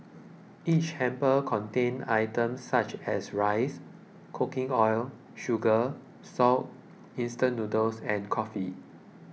each hamper contained items such as rice cooking oil sugar salt instant noodles and coffee